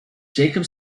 jacob